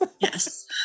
Yes